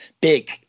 big